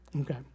Okay